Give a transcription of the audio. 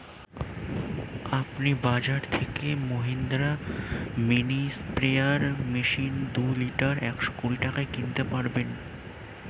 আপনি বাজর থেকে মহিন্দ্রা মিনি স্প্রেয়ার মেশিন দুই লিটার একশো কুড়ি টাকায় কিনতে পারবেন